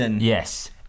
Yes